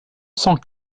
cents